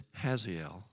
Haziel